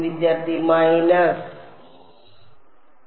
വിദ്യാർത്ഥി മൈനസ്